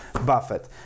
Buffett